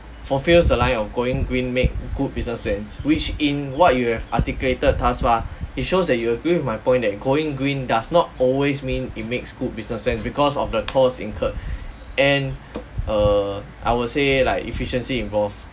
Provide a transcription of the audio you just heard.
fulfils the line of going green make good business sense which in what you have articulated thus far it shows that you agree with my point that going green does not always mean it makes good business sense because of the cost incurred and err I would say like efficiency involved